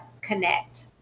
connect